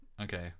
Okay